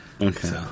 Okay